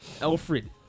Alfred